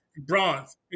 bronze